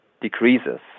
decreases